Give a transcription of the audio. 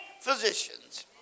physicians